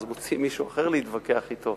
מוצאים מישהו אחר להתווכח אתו.